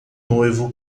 noivo